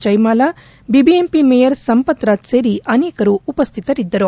Jayamala BBMP mayor Sampath Raj ಸೇರಿ ಅನೇಕರು ಉಪಸ್ಟಿತರಿದ್ದರು